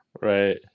Right